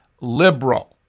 liberal